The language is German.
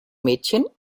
mädchen